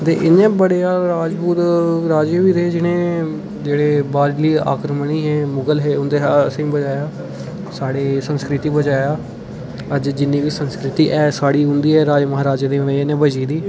ते इ'यां बड़े जैदा राजपूत राजे बी रेह् जिन्ने बाह्रली आक्रमणी हे मुगल हे साढ़े संस्कृति ई पजाया अज्ज जिन्नी बी संस्कृति ऐ साढ़ी उ'दी राजे महाराजे दी बजह् कन्नै ई बची दी